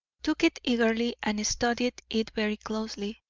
took it eagerly and studied it very closely.